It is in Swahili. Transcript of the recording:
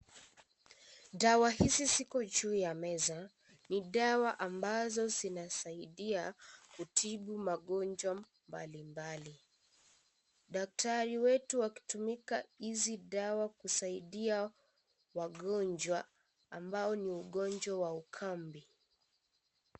Dawa hizi ziko juu ya meza ni dawa ambazo zinasaidia kutibu magonjwa mbalimbali , daktari wetu akitumika hizi dawa kusaidia wagonjwa ambao ni wagonjwa wa ukame .